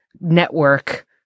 network